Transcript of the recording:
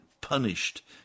punished